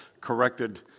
corrected